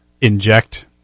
inject